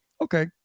Okay